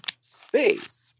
space